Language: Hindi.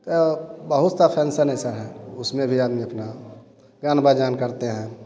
तो बहुत सा फंक्शन ऐसा है उसमें भी आदमी अपना गाना बजाना करतें हैं